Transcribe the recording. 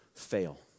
fail